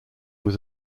was